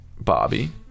Bobby